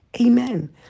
amen